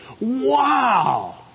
Wow